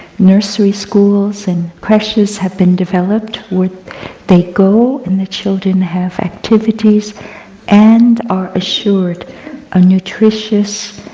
nursery schools and creches have been developed where they go and the children have activities and are assured a nutritious